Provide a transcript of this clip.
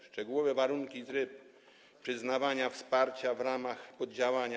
Szczegółowe warunki i tryb przyznawania wsparcia w ramach poddziałania: